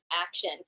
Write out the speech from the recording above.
action